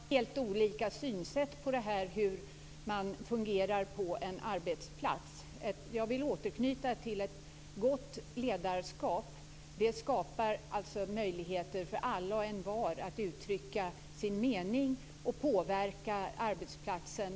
Fru talman! Vi har helt olika synsätt på hur man fungerar på en arbetsplats. Jag vill återknyta till ett gott ledarskap. Det skapar möjligheter för alla och envar att uttrycka sin mening och påverka arbetsplatsen.